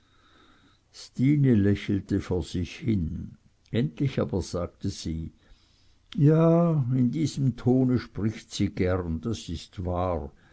stine lächelte verlegen vor sich hin endlich aber sagte sie ja in diesem tone spricht sie gern das ist wahr